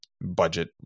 budget